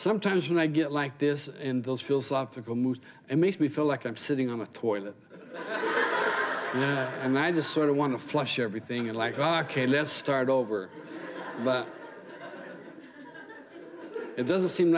sometimes when i get like this in those fields logical moves and makes me feel like i'm sitting on the toilet and i just sort of want to flush everything and like i can let's start over but it doesn't seem